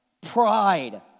Pride